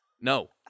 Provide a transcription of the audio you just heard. no